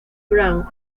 brown